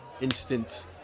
instant